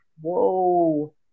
whoa